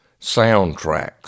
soundtracks